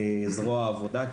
זרוע העבודה,